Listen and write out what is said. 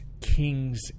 King's